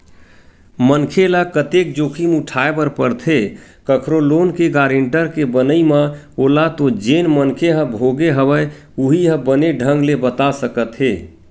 मनखे ल कतेक जोखिम उठाय बर परथे कखरो लोन के गारेंटर के बनई म ओला तो जेन मनखे ह भोगे हवय उहीं ह बने ढंग ले बता सकत हे